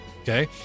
okay